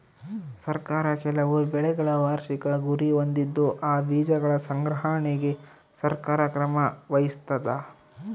ಸರ್ಕಾರ ಕೆಲವು ಬೆಳೆಗಳ ವಾರ್ಷಿಕ ಗುರಿ ಹೊಂದಿದ್ದು ಆ ಬೀಜಗಳ ಸಂಗ್ರಹಣೆಗೆ ಸರ್ಕಾರ ಕ್ರಮ ವಹಿಸ್ತಾದ